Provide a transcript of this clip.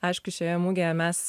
aišku šioje mugėje mes